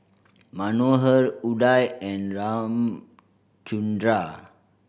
Manohar Udai and Ramchundra